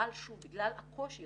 אבל בגלל הקושי,